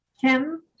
Kim